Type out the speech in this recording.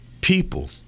people